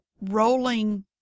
rolling